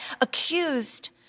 accused